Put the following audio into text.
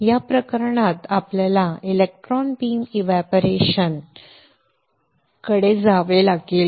या प्रकरणात आपल्याला इलेक्ट्रॉन बीम एव्हपोरेशन ठीक इलेक्ट्रॉन बीम ऑपरेटरकडे जावे लागेल